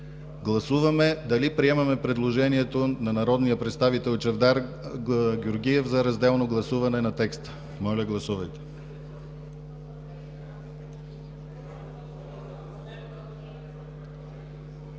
Гласуваме дали приемаме предложението на народния представител Чавдар Георгиев за разделно гласуване на текста. Гласували